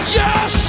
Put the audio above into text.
yes